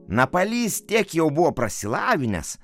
napalys tiek jau buvo prasilavinęs